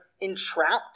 entrapped